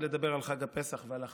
למה בחרתי לדבר על חג הפסח ועל החמץ?